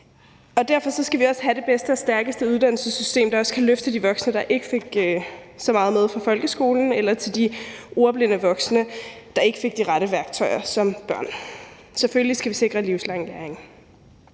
Derfor skal vi have det bedste og stærkeste uddannelsessystem, der også kan løfte de voksne, der ikke fik så meget med fra folkeskolen, eller de ordblinde voksne, der ikke fik de rette værktøjer som børn. Selvfølgelig skal vi sikre livslang læring.